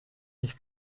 mich